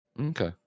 okay